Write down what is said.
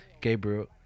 gabriel